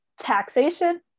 taxation